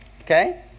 Okay